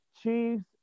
chiefs